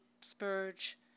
spurge